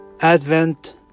Advent